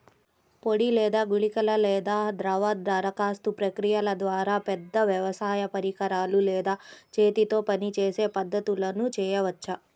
పొడి లేదా గుళికల లేదా ద్రవ దరఖాస్తు ప్రక్రియల ద్వారా, పెద్ద వ్యవసాయ పరికరాలు లేదా చేతితో పనిచేసే పద్ధతులను చేయవచ్చా?